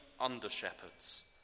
under-shepherds